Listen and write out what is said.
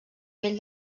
vell